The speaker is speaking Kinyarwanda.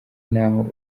n’aho